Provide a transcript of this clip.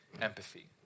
empathy